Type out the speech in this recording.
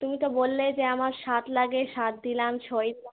তুমি তো বললে যে আমার সাত লাগে সাত দিলাম ছয় দিলাম